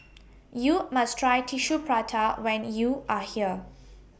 YOU must Try Tissue Prata when YOU Are here